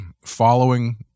following